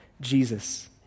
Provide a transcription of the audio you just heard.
Jesus